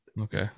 Okay